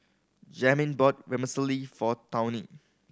Jamin bought Vermicelli for Tawny